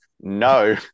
No